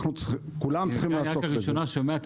כולם צריכים לעסוק בזה.